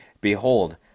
behold